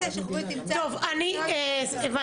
ועדת שחרורים תמצא --- טוב, הבנתי